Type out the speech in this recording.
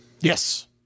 yes